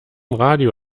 radio